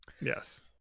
yes